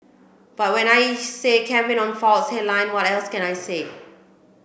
but when I campaign on faults headline what else can I say